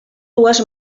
dues